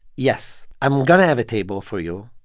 yes. i'm going to have a table for you.